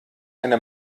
eine